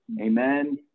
amen